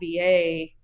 VA